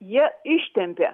jie ištempia